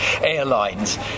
airlines